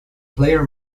player